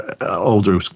older